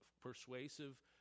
persuasive